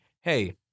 Hey